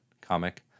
comic